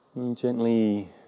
gently